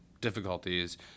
difficulties